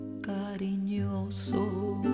cariñoso